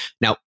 now